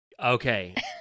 Okay